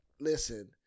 Listen